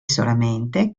solamente